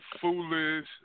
foolish